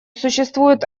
существует